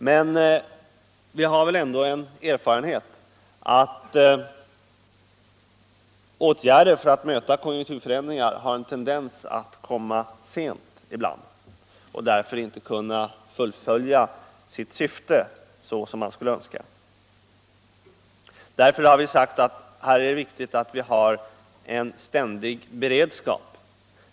Men vi har väl ändå en erfarenhet av att åtgärder för att möta konjunkturförändringar har en tendens att komma sent ibland och av den anledningen inte kan fullfölja sitt syfte så som man skulle önska. Därför har vi sagt att det är riktigt att ha en ständig beredskap.